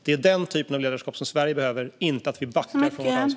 Det är den typen av ledarskap som Sverige behöver, inte att vi backar från vårt ansvar.